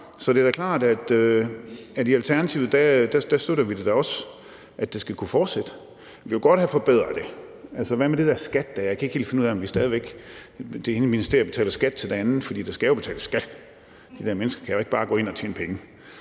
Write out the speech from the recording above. så det er jo klart, at i Alternativet støtter vi da også, at det skal kunne fortsætte. Vi vil godt have forbedret det. Altså, hvad med den der skat? Jeg kan ikke helt finde ud af, om det ene ministerium betaler skat til det andet, for der skal jo betales skat; de der mennesker kan jo ikke bare gå ind og tjene penge.